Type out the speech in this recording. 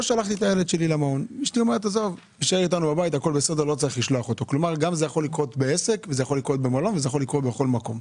זה יכול לקרות גם בעסק, במלון ובכל מקום,